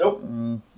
Nope